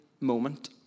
moment